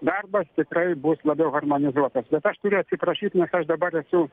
darbas tikrai bus labiau harmonizuotas bet aš turiu atsiprašyt nes aš dabar esu